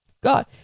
god